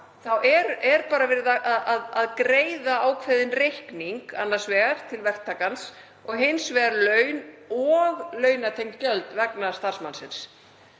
þá er bara verið að greiða ákveðinn reikning, annars vegar til verktakans og hins vegar laun og launatengd gjöld vegna starfsmannsins.